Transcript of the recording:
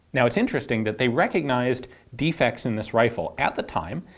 now it's interesting that they recognised defects in this rifle at the time,